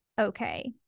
okay